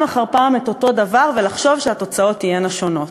אחר פעם את אותו דבר ולחשוב שהתוצאות תהיינה שונות.